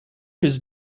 his